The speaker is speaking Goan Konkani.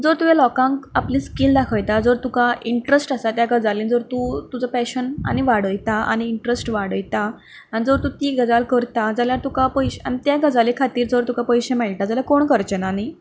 जर तुवें लोकांक आपली स्किल दाखयता जर तुका इंट्रस्ट आसा त्या गजालीन जर तूं तुजो पेशन आनीक वाडयता आनी इंट्रस्ट वाडयता आनी जर तूं ती गजाल करता जाल्यार तुका पयशें आनी त्या गजाली खातीर जर तुका पयशें मेळटा जाल्यार कोण करचें ना न्ही